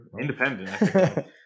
Independent